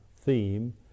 theme